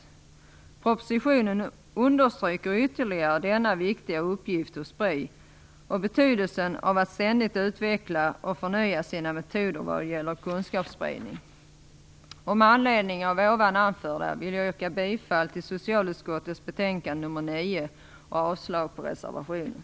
I propositionen understryks ytterligare denna viktiga uppgift hos Spri och betydelsen av att ständigt utveckla och förnya sina metoder vad gäller kunskapsspridning. Med anledning av det anförda vill jag yrka bifall till socialutskottets hemställan i dess betänkande nr 9